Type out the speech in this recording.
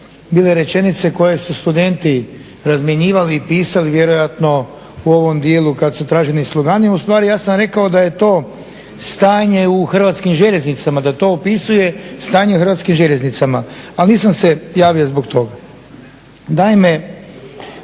bile rečenice koje su studenti razmjenjivali i pisali vjerojatno u ovom dijelu kad su traženi slogani, a ustvari ja sam rekao da je to stanje u Hrvatskim željeznicama, da to opisuje stanje u Hrvatskim željeznicama. Ali nisam se javio zbog toga.